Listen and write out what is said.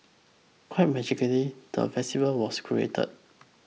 quite magically the festival was created